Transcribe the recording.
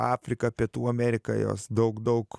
afrika pietų amerika jos daug daug